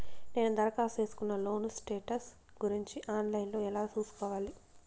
నేను దరఖాస్తు సేసుకున్న లోను స్టేటస్ గురించి ఆన్ లైను లో ఎలా సూసుకోవాలి?